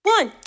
One